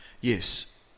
Yes